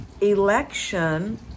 election